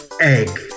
Egg